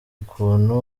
ukuntu